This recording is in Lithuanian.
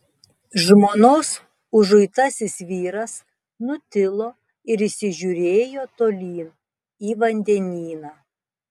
žmonos užuitasis vyras nutilo ir įsižiūrėjo tolyn į vandenyną